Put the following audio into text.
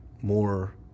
more